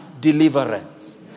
deliverance